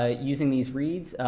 ah using these reads,